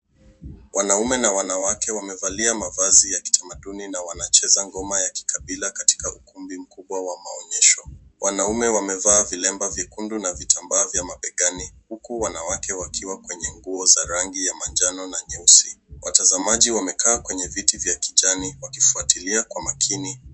Wanaume na wanawake wamevalia mavazi ya kitamaduni na wanacheza ngoma ya kikabila katika ukumbi mkubwa wa maonyesho. Wanaume wamevaa vilemba vyekundu na vitambaa vya mabegani huku wanawake wakiwa kwenye nguo za rangi ya manjano na nyeusi. Watazamaji wamekaa kwenye viti vya kijani wakifuatilia kwa makini.